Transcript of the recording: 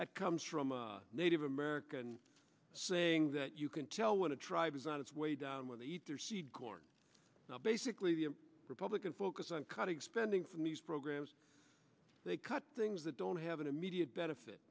that comes from a native american saying that you can tell when a tribe is on its way down when they eat their seed corn now basically the republican focus on cutting spending from these programs they cut things that don't have an immediate benefit